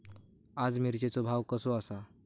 आज मिरचेचो भाव कसो आसा?